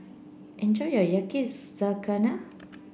enjoy your Yakizakana